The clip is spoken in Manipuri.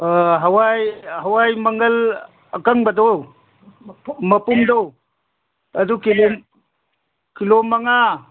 ꯍꯋꯥꯏ ꯍꯋꯥꯏ ꯃꯪꯒꯜ ꯑꯀꯪꯕꯗꯣ ꯃꯄꯨꯝꯗꯣ ꯑꯗꯨ ꯀꯤꯂꯣ ꯀꯤꯂꯣ ꯃꯉꯥ